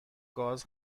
گاز